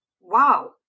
Wow